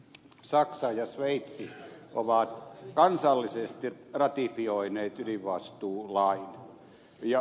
saksa ja sveitsi ovat kansallisesti ratifioineet ydinvastuulain